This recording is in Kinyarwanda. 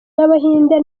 n’abahinde